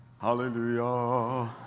Hallelujah